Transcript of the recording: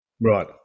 Right